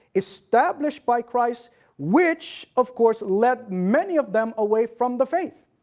established by christ which, of course, led many of them away from the faith.